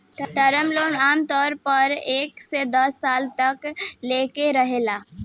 term loan आमतौर पर एक से दस साल तक लेके रहेला